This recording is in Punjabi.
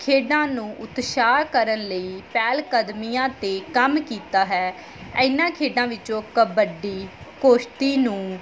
ਖੇਡਾਂ ਨੂੰ ਉਤਸ਼ਾਹ ਕਰਨ ਲਈ ਪਹਿਲਕਦਮੀਆਂ 'ਤੇ ਕੰਮ ਕੀਤਾ ਹੈ ਇਹਨਾਂ ਖੇਡਾਂ ਵਿੱਚੋਂ ਕਬੱਡੀ ਕੁਸ਼ਤੀ ਨੂੰ